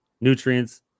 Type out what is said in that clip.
nutrients